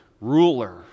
ruler